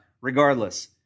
regardless